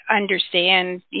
understand